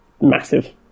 massive